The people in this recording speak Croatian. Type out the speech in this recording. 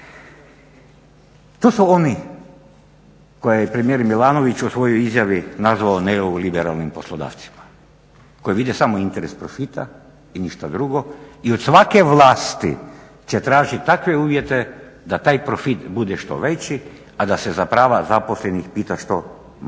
To su oni koje je primjer Milanović u svojoj izjavi nazvao neoliberalnim poslodavcima koji vide samo interes profita i ništa drugo i od svake vlasti će tražiti takve uvjete da taj profit bude što veći, a da se za prava zaposlenih pita što manje.